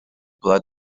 blood